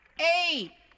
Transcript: eight